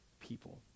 people